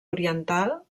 oriental